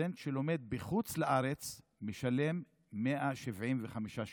וסטודנט שלומד בחוץ לארץ משלם 175 שקלים.